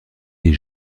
des